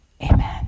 amen